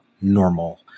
normal